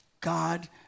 God